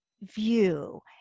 view